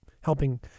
helping